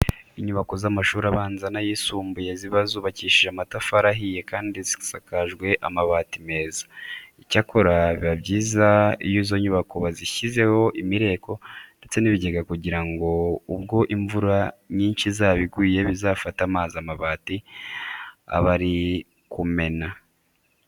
Inyubako z'amashuri abanza n'ayisumbuye ziba zubakijije amatafari ahiye kandi zisakajwe amabati meza. Icyakora biba byiza iyo izo nyubako bazishyizeho imireko ndetse n'ibigega kugira ngo ubwo imvura nyinshi izaba iguye bizafate amazi amabati abari ari kumena.